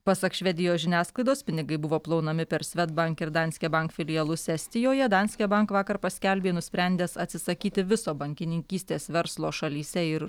pasak švedijos žiniasklaidos pinigai buvo plaunami per svedbank ir danske bank filialus estijoje danske bank vakar paskelbė nusprendęs atsisakyti viso bankininkystės verslo šalyse ir